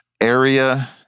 area